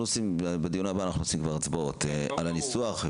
בדיון הבא נקיים כבר הצבעות על הניסוח.